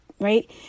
Right